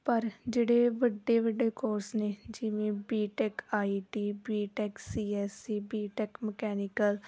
ਪਰ ਜਿਹੜੇ ਵੱਡੇ ਵੱਡੇ ਕੋਰਸ ਨੇ ਜਿਵੇਂ B tech I T B tech C S C B tech mechanical